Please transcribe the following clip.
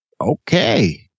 okay